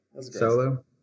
Solo